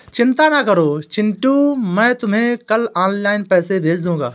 चिंता ना करो चिंटू मैं तुम्हें कल ऑनलाइन पैसे भेज दूंगा